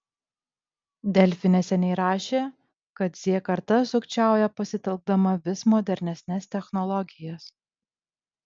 delfi neseniai rašė kad z karta sukčiauja pasitelkdama vis modernesnes technologijas